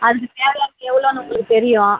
அதுக்குத் தேவையானது எவ்வளோன்னு உங்களுக்கு தெரியும்